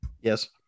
Yes